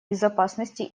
безопасности